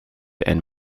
and